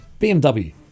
BMW